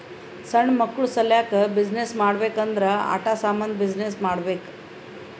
ಸಣ್ಣು ಮಕ್ಕುಳ ಸಲ್ಯಾಕ್ ಬಿಸಿನ್ನೆಸ್ ಮಾಡ್ಬೇಕ್ ಅಂದುರ್ ಆಟಾ ಸಾಮಂದ್ ಬಿಸಿನ್ನೆಸ್ ಮಾಡ್ಬೇಕ್